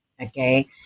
Okay